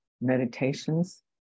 meditations